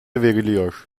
veriliyor